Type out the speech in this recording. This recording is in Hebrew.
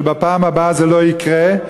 שבפעם הבאה זה לא יקרה,